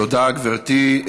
תודה, גברתי.